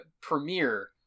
premiere